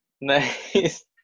Nice